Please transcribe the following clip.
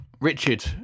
richard